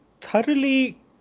thoroughly